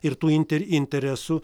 ir tų inter interesų